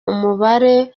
umubare